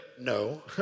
no